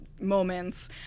moments